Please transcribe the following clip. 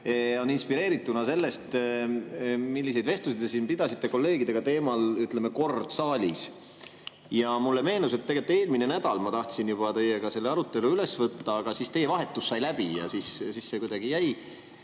on inspireeritud sellest, milliseid vestlusi te pidasite kolleegidega teemal "Kord saalis". Ja mulle meenus, et eelmine nädal ma tahtsin teiega selle arutelu üles võtta, aga teie vahetus sai läbi ja siis see kuidagi jäi.